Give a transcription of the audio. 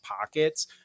pockets